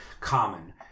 common